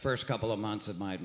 first couple of months of my